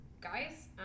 guys